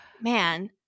Man